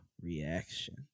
reaction